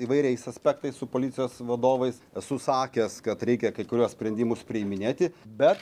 įvairiais aspektais su policijos vadovais esu sakęs kad reikia kai kuriuos sprendimus priiminėti bet